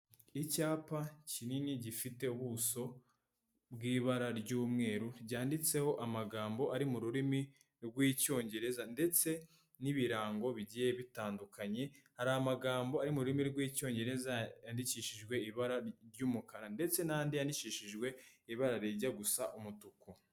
Icyapa kinini gifite ubuso bw'ibara ry'umweru ryanditseho amagambo ari mu rurimi rw'icyongereza ndetse n'ibirango bigiye bitandukanye hari amagambo ari mu rurimi rw'icyongereza yandikishijwe ibara ry'umukara ndetse n'andi yandikishijwe ibara rijya gusa umutuku.